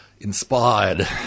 inspired